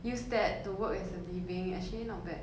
use that to work as a living actually not bad